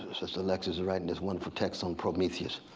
sister alexis writing this wonderful text on prometheus,